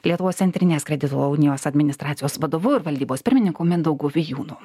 lietuvos centrinės kredito unijos administracijos vadovu ir valdybos pirmininku mindaugu vijūnu